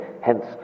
hence